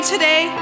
today